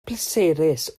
pleserus